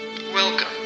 Welcome